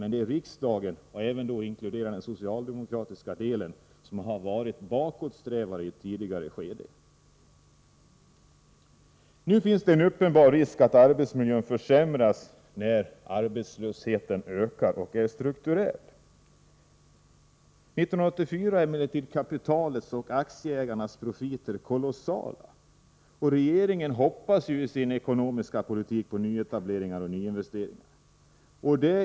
Men i riksdagen — inkluderande den socialdemokratiska delen — har man varit bakåtsträvare i ett tidigare skede. Nu finns det en uppenbar risk för att arbetsmiljön försämras när arbetslösheten ökar och är strukturell. 1984 är emellertid kapitalets och aktieägarnas profiter kolossala. Regeringen hoppas att dess ekonomiska politik skall leda till nyetableringar och nyinvesteringar.